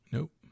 Nope